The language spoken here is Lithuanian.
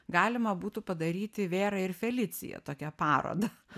galima būtų padaryti vėra ir felicija tokią parodą